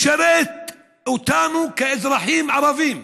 משרת אותנו כאזרחים ערבים,